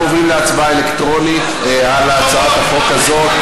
אנחנו עוברים להצבעה אלקטרונית על הצעת החוק הזו.